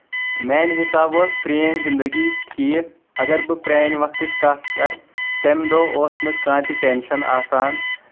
میٲنہِ حِسابہٕ ٲس پرینۍ زنٛدگی ٹھیٖک اَگر بہٕ پرانہِ وقتٕچ کَتھ کَرٕ تَمہِ دوہ اوس نہٕ کانٛہہ تہِ ٹیٚنٛشن آسان